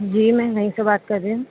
جی میں وہیں سے بات کر رہی ہوں